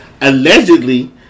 allegedly